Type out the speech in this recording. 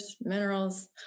minerals